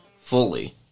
fully